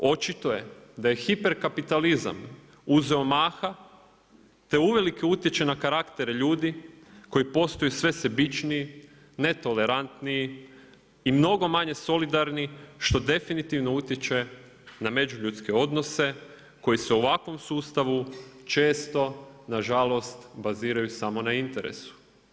Očito je da je hiperkapitalizam uzeo maha te uvelike utječe na karaktere ljudi koji postaju sve sebičniji, netolerantniji i mnogo manje solidarni što definitivno utječe na međuljudske odnose koji su u ovakvom sustavu često nažalost, baziraju samo na interesu.